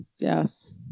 Yes